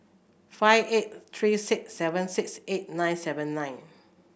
five eight three six seven six eight nine seven nine